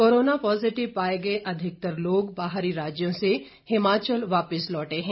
corona positive पाए गए अधिकतर लोग बाहरी राज्यों से हिमाचल वापस लौटे हैं